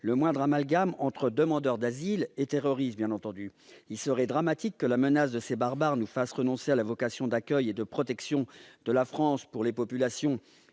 le moindre amalgame entre demandeurs d'asile et terroristes. Il serait dramatique que la menace de ces barbares nous fasse renoncer à notre vocation d'accueil et de protection des personnes victimes